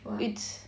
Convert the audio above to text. it's